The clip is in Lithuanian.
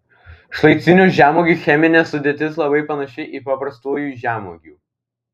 šlaitinių žemuogių cheminė sudėtis labai panaši į paprastųjų žemuogių